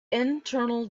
internal